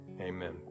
amen